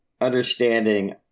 understanding